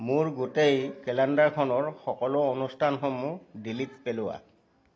মোৰ গোটেই কেলেণ্ডাৰখনৰ সকলো অনুষ্ঠানসমূহ ডিলিট পেলোৱা